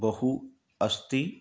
बहु अस्ति